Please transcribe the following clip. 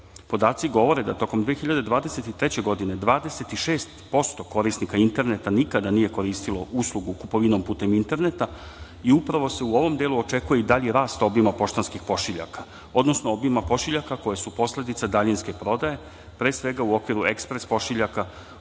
Podaci govore da tokom 2023. godine 26% korisnika interneta nikada nije koristilo uslugu kupovinu putem interneta i upravo se u ovom delu očekuje dalji rast obima poštanskih pošiljaka, odnosno obima pošiljaka koje su posledica daljinske prodaje, pre svega u okviru ekspres pošiljaka